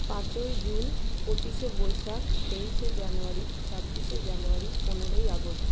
পাঁচই জুন পঁচিশে বৈশাখ তেইশে জানুয়ারি ছাব্বিশে জানুয়ারি পনেরোই আগস্ট